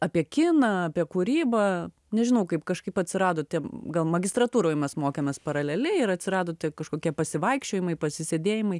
apie kiną apie kūrybą nežinau kaip kažkaip atsirado tie gal magistratūroj mes mokėmės paraleliai ir atsirado tie kažkokie pasivaikščiojimai pasisėdėjimai